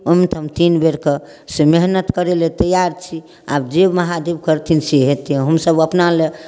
ओहिमे तऽ हम तीन बेरके से मेहनति करैलए तैआर छी आब जे महादेव करथिन से हेतै हमसभ अपनालए